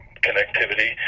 connectivity